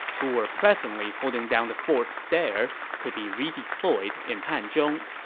who were presently holding down the fort there, could be redeployed in hanzhong